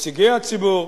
נציגי הציבור.